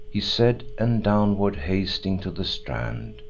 he said, and, downward hasting to the strand,